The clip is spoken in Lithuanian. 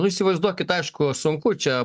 nu įsivaizduokit aišku sunku čia